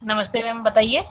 नमस्ते मैम बताइए